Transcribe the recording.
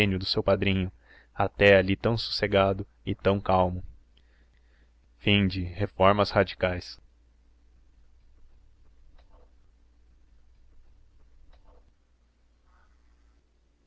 do seu padrinho até ali tão sossegado e tão calmo a